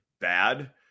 bad